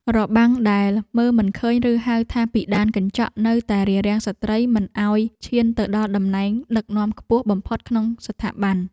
របាំងដែលមើលមិនឃើញឬហៅថាពិដានកញ្ចក់នៅតែរារាំងស្ត្រីមិនឱ្យឈានទៅដល់តំណែងដឹកនាំខ្ពស់បំផុតក្នុងស្ថាប័ន។